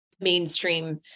mainstream